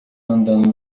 andando